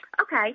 Okay